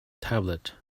tablet